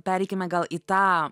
pereikime gal į tą